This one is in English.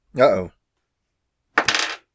Uh-oh